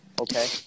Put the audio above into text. Okay